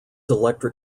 electric